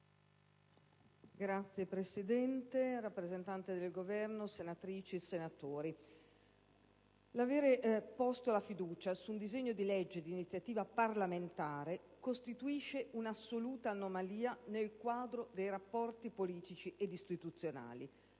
Signor Presidente, signor rappresentante del Governo, senatrici e senatori, l'aver posto la fiducia su un disegno di legge di iniziativa parlamentare costituisce un'assoluta anomalia nel quadro dei rapporti politici e istituzionali,